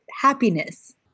happiness